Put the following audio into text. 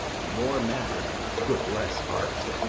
more matter, with less art.